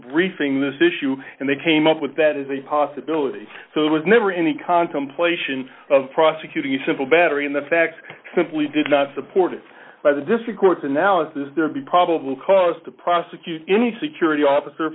briefing this issue and they came up with that is a possibility so it was never any contemplation of prosecuting a simple battery on the facts simply did not supported by the district court's analysis there be probable cause to prosecute any security officer